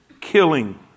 killing